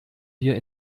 wir